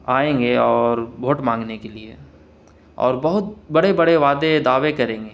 آئیں گے اور بوٹ مانگنے کے لیے اور بہت بڑے بڑے وعدے دعوے کریں گے